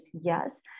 yes